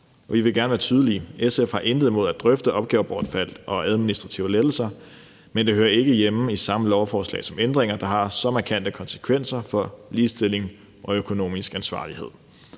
Vi vil gerne være tydelige: SF har intet imod at drøfte opgavebortfald og administrative lettelser, men det hører ikke hjemme i samme lovforslag som ændringer, der har så markante konsekvenser for ligestilling og økonomisk ansvarlighed.